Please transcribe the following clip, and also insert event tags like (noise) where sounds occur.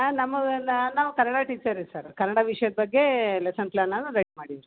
ಹಾಂ ನಮ್ಮವು ಎಲ್ಲ ನಾವು ಕನ್ನಡ ಟೀಚರ್ ರೀ ಸರ್ ಕನ್ನಡ ವಿಷ್ಯದ ಬಗ್ಗೆ ಲೆಸನ್ ಪ್ಲಾನ್ (unintelligible) ಮಾಡಿವಿ ರೀ